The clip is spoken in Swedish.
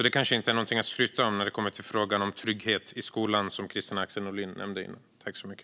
Det kanske inte är någonting att skryta med när det kommer till frågan om trygghet i skolan, som Kristina Axén Olin nämnde.